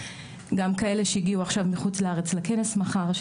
גם כאלה שהגיעו עכשיו מחוץ לארץ לכנס מחר,